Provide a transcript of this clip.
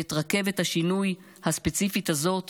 ואת הרכבת השינוי הספציפית הזאת